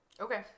Okay